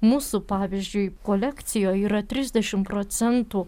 mūsų pavyzdžiui kolekcijoj yra trisdešim procentų